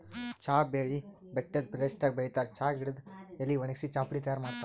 ಚಾ ಬೆಳಿ ಬೆಟ್ಟದ್ ಪ್ರದೇಶದಾಗ್ ಬೆಳಿತಾರ್ ಚಾ ಗಿಡದ್ ಎಲಿ ವಣಗ್ಸಿ ಚಾಪುಡಿ ತೈಯಾರ್ ಮಾಡ್ತಾರ್